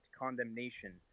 condemnation